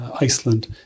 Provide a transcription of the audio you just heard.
Iceland